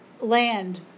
land